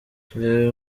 reba